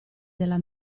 della